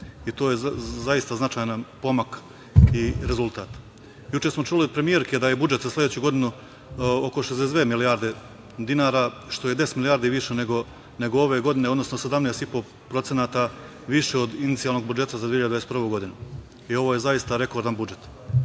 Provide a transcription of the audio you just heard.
To je zaista značajan pomak i rezultat. Juče smo čuli od premijerke da je budžet za sledeću godinu oko 62 milijarde dinara, što je 10 milijardi više nego ove godine, odnosno 17,5% više od inicijalnog budžeta za 2021. godinu. Ovo je zaista rekordan budžet.Za